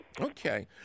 Okay